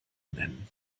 nennen